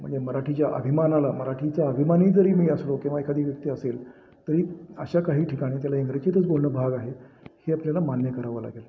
म्हणजे मराठीच्या अभिमानाला मराठीचा अभिमानी जरी मी असलो किंवा एखादी व्यक्ती असेल तरी अशा काही ठिकाणी त्याला इंग्रजीतच बोलणं भाग आहे हे आपल्याला मान्य करावं लागेल